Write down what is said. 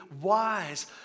wise